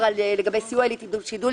לגבי סעיף 308 זה כן בפנים.